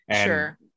Sure